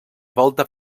volta